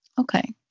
okay